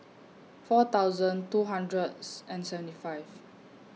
four thousand two hundred and seventy five